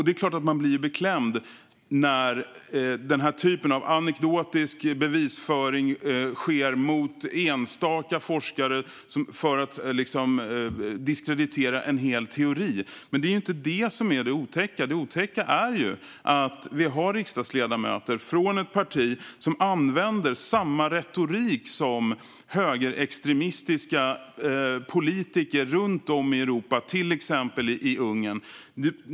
Det är klart att man blir beklämd när den här typen av anekdotisk bevisföring sker mot enstaka forskare för att diskreditera en hel teori. Men det är inte det som är det otäcka. Det otäcka är att vi har riksdagsledamöter från ett parti som använder samma retorik som högerextremistiska politiker runt om i Europa, till exempel i Ungern.